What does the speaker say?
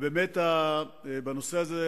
בנושא הזה,